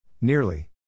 Nearly